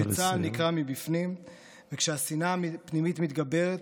כשצה"ל נקרע מבפנים וכשהשנאה הפנימית מתגברת,